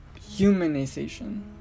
Humanization